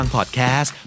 Podcast